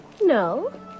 No